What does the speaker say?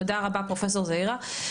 תודה רבה פרופסור זעירא,